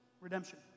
redemption